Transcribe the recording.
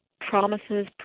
promises